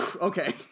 Okay